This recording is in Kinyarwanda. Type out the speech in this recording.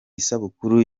isabukuru